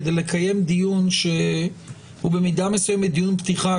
כדי לקיים דיון שהוא במידה מסוימת דיון פתיחה,